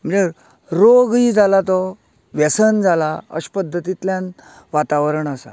म्हणजें रोगूय जाला तो व्यासन जाला अशे पद्दतींतल्यान वातावरण आसा